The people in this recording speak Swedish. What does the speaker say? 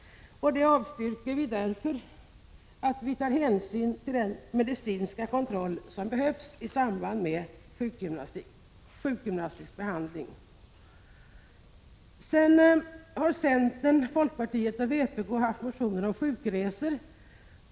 Det avstyrker vi därför att vi tar hänsyn till den medicinska kontroll som behövs i samband med sjukgymnastisk behandling. Centern, folkpartiet och vpk har väckt motioner om sjukresorna.